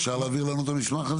אפשר להעביר לנו אותו?